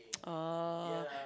oh